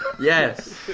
Yes